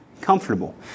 comfortable